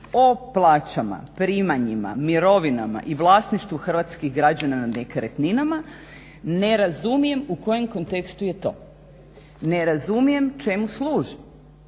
o plaćama, primanjima, mirovinama i vlasništvu hrvatskih građana na nekretninama. Ne razumijem u kojem kontekstu je to, ne razumijem čemu služi.